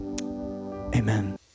Amen